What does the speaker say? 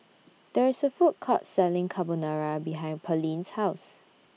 There IS A Food Court Selling Carbonara behind Pearline's House